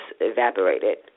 evaporated